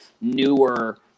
newer